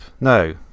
no